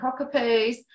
Cockapoos